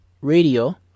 Radio